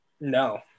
no